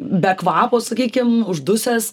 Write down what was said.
be kvapo sakykim uždusęs